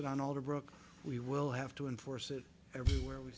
it on all of brooke we will have to enforce it everywhere we